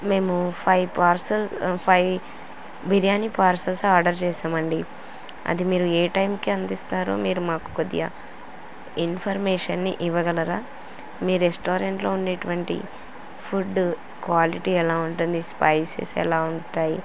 మేము five parcels five biryani parcels order చేశామండి అది మీరు ఏ టైంకి అందిస్తారో మీరు మాకు కొద్దిగా ఇన్ఫర్మేషన్ని ఇవ్వగలరా మీ రెస్టారెంట్లో ఉన్నటువంటి ఫుడ్ క్వాలిటీ ఎలా ఉంటుంది స్పైసెస్ ఎలా ఉంటాయి